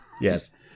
Yes